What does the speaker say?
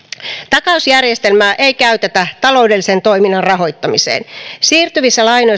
takausjärjestelmää ei käytetä taloudellisen toiminnan rahoittamiseen siirtyvissä